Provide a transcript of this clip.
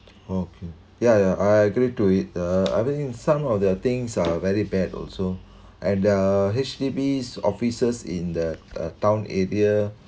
okay ya ya I agree to it uh I mean some of the things are very bad also and the H_D_B officers in the uh town area